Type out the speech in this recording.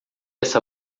essa